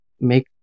make